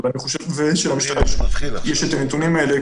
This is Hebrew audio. אבל אני חושב שלמשטרה יש את הנתונים כאלה,